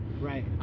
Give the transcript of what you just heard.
Right